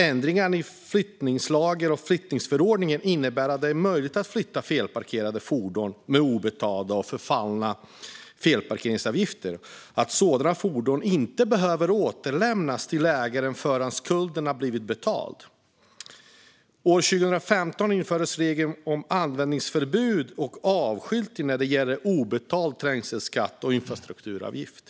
Ändringarna i flyttningslagen och flyttningsförordningen innebär att det är möjligt att flytta felparkerade fordon med obetalda och förfallna felparkeringsavgifter och att sådana fordon inte behöver återlämnas till ägaren förrän skulderna har blivit betalda. År 2015 infördes regler om användningsförbud och avskyltning när det gäller obetald trängselskatt och infrastrukturavgift.